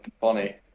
funny